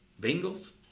Bengals